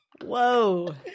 whoa